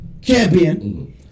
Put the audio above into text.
champion